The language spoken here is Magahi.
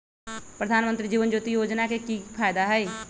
प्रधानमंत्री जीवन ज्योति योजना के की फायदा हई?